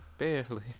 Barely